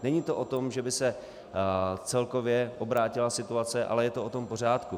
Není to o tom, že by se celkově obrátila situace, ale je to o tom pořádku.